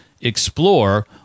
explore